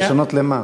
לשנות למה?